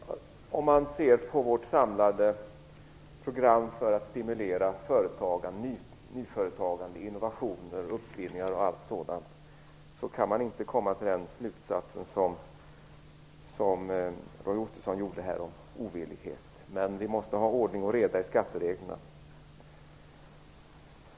Fru talman! Om man ser på vårt samlade program för att stimulera nyföretagande, innovationer, uppfinningar och allt sådant kan man inte komma till den slutsatsen som Roy Ottosson gjorde om ovillighet. Men vi måste ha ordning och reda i skattereglerna.